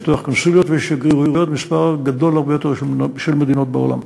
לפתוח קונסוליות ושגרירויות במספר גדול הרבה יותר של מדינות בעולם.